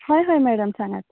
हय हय मॅडम सांगात